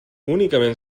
únicament